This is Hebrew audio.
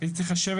שיזם את היום,